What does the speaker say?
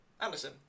Anderson